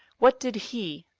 what did he,